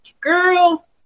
Girl